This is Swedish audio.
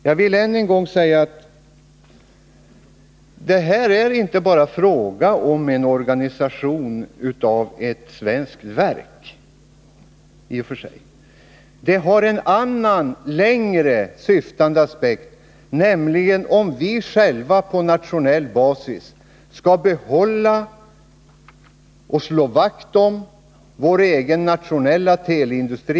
Jag vill än en gång säga att det här inte bara är fråga om organisation av ett svenskt verk. Det har en annan, längre syftande aspekt, nämligen om vi skall behålla och slå vakt om vår nationella teleindustri.